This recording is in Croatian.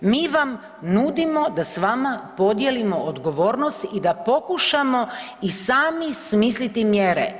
Mi vam nudimo da s vama podijelimo odgovornost i da pokušamo i sami smisliti mjere.